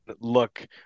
look